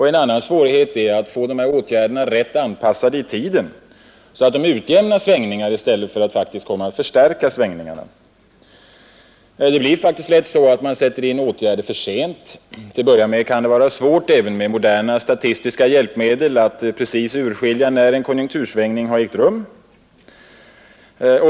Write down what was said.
En annan svårighet är att få åtgärderna rätt anpassade i tiden så att de utjämnar svängningar i stället för att förstärka dem. Det blir lätt så att åtgärder sätts in för sent. För det första kan det vara svårt, även med moderna statistiska hjälpmedel, att precis urskilja när en konjunkturomsvängning har ägt rum.